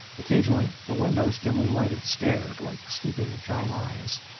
occasionally the windows, dimly lighted, stared like sleeping giant eyes.